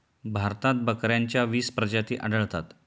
भारतात बकऱ्यांच्या वीस प्रजाती आढळतात